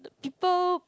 people